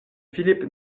philippe